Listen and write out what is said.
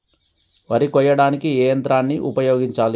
వరి కొయ్యడానికి ఏ యంత్రాన్ని ఉపయోగించాలే?